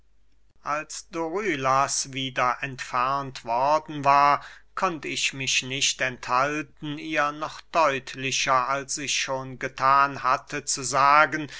als dorylas wieder entfernt worden war konnt ich mich nicht enthalten ihr noch deutlicher als ich schon gethan hatte zu sagen